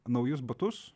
naujus batus